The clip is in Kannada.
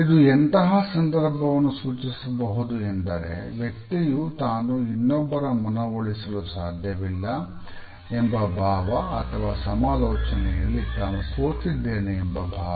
ಇದು ಎಂತಹ ಸಂದರ್ಭವನ್ನು ಸೂಚಿಸಬಹುದು ಅಂದರೆ ವ್ಯಕ್ತಿಯು ತಾನು ಇನ್ನೊಬ್ಬರ ಮನವೊಲಿಸಲು ಸಾಧ್ಯವಿಲ್ಲ ಎಂಬ ಭಾವ ಅಥವಾ ಸಮಾಲೋಚನೆಯಲ್ಲಿ ತಾನು ಸೋತಿದ್ದೇನೆ ಎಂಬ ಭಾವ